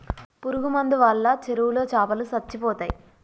పురుగు మందు వాళ్ళ చెరువులో చాపలో సచ్చిపోతయ్